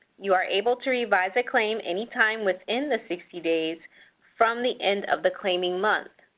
you are able to revise a claim anytime within the sixty days from the end of the claiming month.